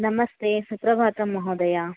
नमस्ते सुप्रभातं महोदय